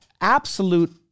absolute